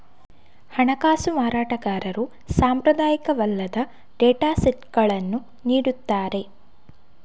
ಹಣಕಾಸು ಮಾರಾಟಗಾರರು ಸಾಂಪ್ರದಾಯಿಕವಲ್ಲದ ಡೇಟಾ ಸೆಟ್ಗಳನ್ನು ನೀಡುತ್ತಾರೆ